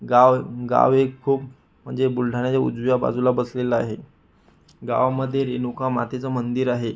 गाव गाव हे खूप म्हणजे बुलढाण्याच्या उजव्या बाजूला वसलेलं आहे गावामध्ये रेणुका मातेचं मंदिर आहे